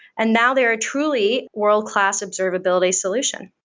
and now they are truly world-class observability solution.